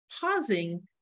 pausing